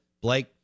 Blake